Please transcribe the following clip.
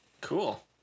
Cool